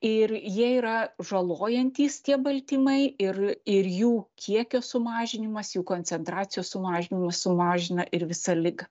ir jie yra žalojantys tie baltymai ir ir jų kiekio sumažinimas jų koncentracijos sumažinimas sumažina ir visą ligą